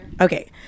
Okay